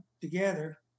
together